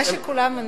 מה שכולם.